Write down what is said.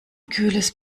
kühles